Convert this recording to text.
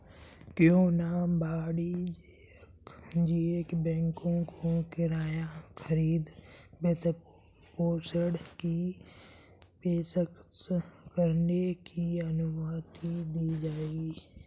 क्यों न वाणिज्यिक बैंकों को किराया खरीद वित्तपोषण की पेशकश करने की अनुमति दी जाए